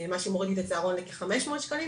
מה שמוריד לי את הצהרון לכ-500 שקלים